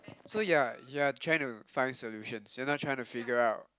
so yeah you're you're trying to find solutions you're not trying to figure out